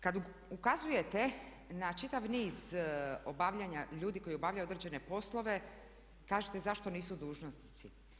Kada ukazujete na čitav niz obavljanja, ljudi koji obavljaju određene poslove kažete zašto nisu dužnosnici.